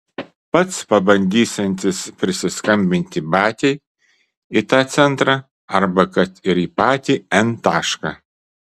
pats pabandysiantis prisiskambinti batiai į tą centrą arba kad ir į patį n tašką